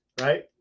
right